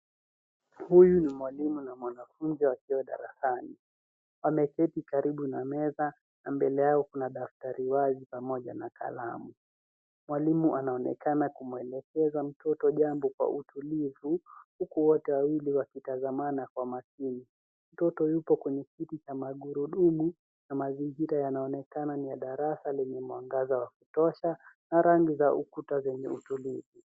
Huyu ni mwalimu na mwanafunzi wakiwa darasani. Ameketi karibu na meza na mbele yao kuna daftari wazi pamoja na kalamu. Mwalimu anaonekana kumwelekeza mtoto jambo kwa utulivu huku wote wawili wakitazamana kwa makini. Mtoto yupo kwenye kiti cha magurudumu na mazingira yanaonekana ni ya darasa lenye mwangaza wa kutosha na rangi za ukuta zenye utulivu.